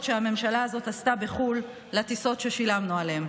שהממשלה הזאת עשתה בחו"ל לטיסות ששילמנו עליהן.